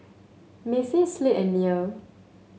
Macie Slade and Nia